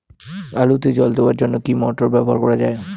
আলুতে জল দেওয়ার জন্য কি মোটর ব্যবহার করা যায়?